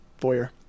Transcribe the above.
Boyer